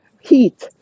heat